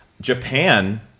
Japan